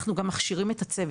אנחנו גם מכשירים את הצוות.